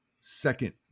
second